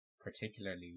particularly